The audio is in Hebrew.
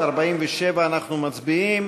47, אנחנו מצביעים.